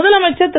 முதலமைச்சர் திரு